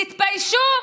תתביישו,